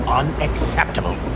unacceptable